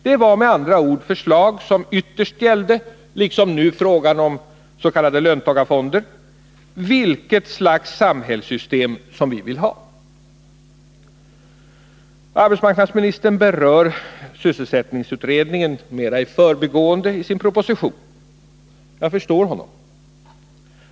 Det var med andra ord förslag som ytterst gällde, liksom nu frågan om s.k. löntagarfonder, vilket slag av samhällssystem vi vill ha. Arbetsmarknadsministern berör i sin proposition sysselsättningsutredningen mera i förbigående. Jag förstår honom!